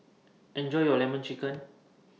Enjoy your Lemon Chicken